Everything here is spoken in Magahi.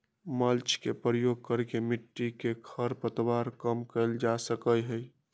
मल्च के प्रयोग करके मिट्टी में खर पतवार कम कइल जा सका हई